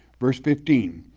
verse fifteen,